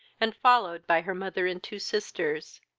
and followed by her mother and two sisters.